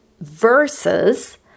versus